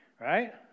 right